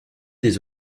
des